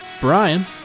Brian